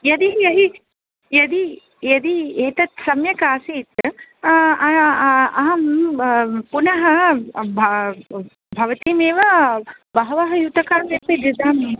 यदि यहि यदि यदि एतत् सम्यक् आसीत् अहं पुनः भवतीमेव बहवः युतकान्यपि ददामि